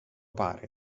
pare